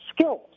skills